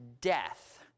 death